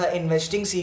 investing